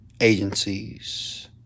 agencies